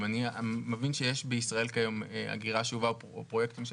אני מבין שיש בישראל כיום פרויקטים של